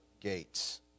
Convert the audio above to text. gates